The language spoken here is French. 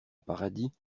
paradis